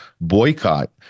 boycott